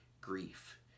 grief